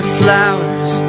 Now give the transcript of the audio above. flowers